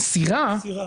המסירה,